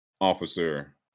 officer